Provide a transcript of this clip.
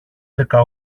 δέκα